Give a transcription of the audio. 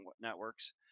networks